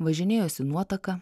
važinėjosi nuotaka